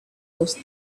those